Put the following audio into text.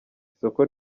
isoko